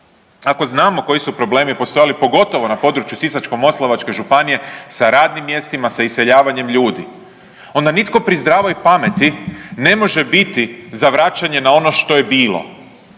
Ako znamo koji su problemi postojali, pogotovo na području Sisačko-moslavačke županije sa radnim mjestima i sa iseljavanjem ljudi onda nitko pri zdravoj pameti ne može biti za vraćanje na ono što je bilo.